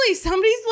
somebody's